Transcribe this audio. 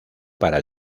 para